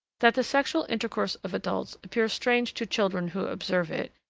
that the sexual intercourse of adults appears strange to children who observe it,